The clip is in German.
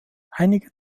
einige